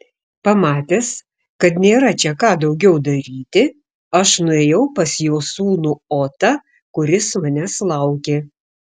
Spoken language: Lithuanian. pamatęs kad nėra čia ką daugiau daryti aš nuėjau pas jo sūnų otą kuris manęs laukė